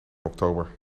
oktober